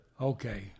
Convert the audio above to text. Okay